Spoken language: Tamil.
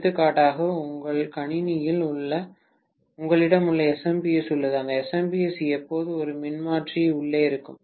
எடுத்துக்காட்டாக உங்கள் கணினியில் உங்களிடம் அந்த SMPS உள்ளது அந்த SMPS எப்போதும் ஒரு மின்மாற்றி உள்ளே இருக்கும்